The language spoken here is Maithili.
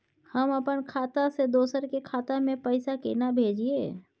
हम अपन खाता से दोसर के खाता में पैसा केना भेजिए?